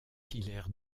hilaire